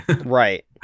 Right